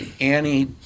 Annie